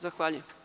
Zahvaljujem.